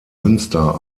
münster